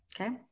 Okay